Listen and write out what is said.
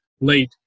late